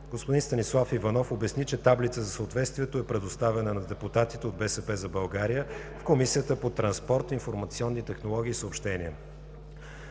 Господин Станислав Иванов обясни, че таблицата за съответствието е предоставена на депутатите от „БСП за България“ в Комисията по транспорт, информационни технологии и съобщения.